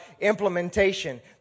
implementation